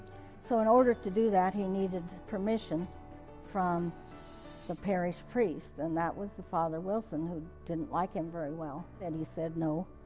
so, in order to do that he needed permission from the parish priest, and that was the father wilson, who didn't like him very well. and he said, no,